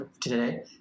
today